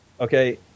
okay